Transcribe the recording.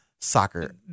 Soccer